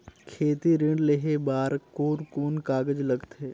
खेती ऋण लेहे बार कोन कोन कागज लगथे?